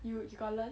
you you got learn